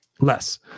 less